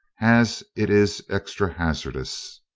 as it is extra hazardous.